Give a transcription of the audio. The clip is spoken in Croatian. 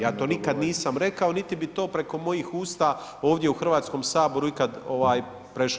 Ja to nikad nisam rekao niti bi to preko mojih usta ovdje u Hrvatskom saboru ikad prešlo.